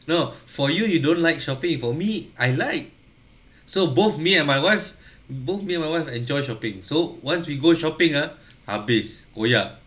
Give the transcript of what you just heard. no for you you don't like shopping for me I like so both me and my wife both me and my wife enjoy shopping so once we go shopping ah habis koyak